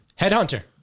headhunter